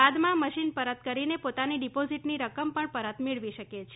બાદમાં મશીન પરત કરીને પોતાની ડિપોઝીટની રકમ પણ પરત મેળવી શકે છે